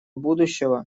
будущего